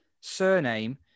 surname